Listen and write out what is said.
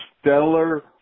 stellar